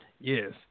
Yes